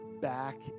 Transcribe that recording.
back